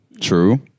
true